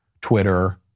Twitter